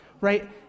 right